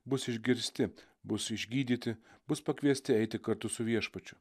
bus išgirsti bus išgydyti bus pakviesti eiti kartu su viešpačiu